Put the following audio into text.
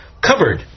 covered